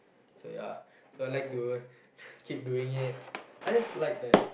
so ya I like to keep doing it I just like that